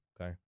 Okay